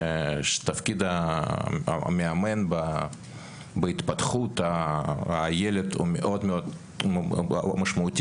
שתפקיד המאמן בהתפתחות הילד הוא מאוד משמעותי.